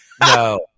No